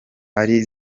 ari